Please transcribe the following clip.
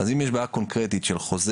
אם יש בעיה קונקרטית של חוזה,